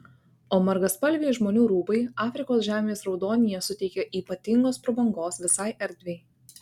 o margaspalviai žmonių rūbai afrikos žemės raudonyje suteikia ypatingos prabangos visai erdvei